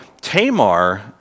Tamar